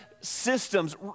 systems